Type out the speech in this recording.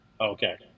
Okay